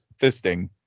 fisting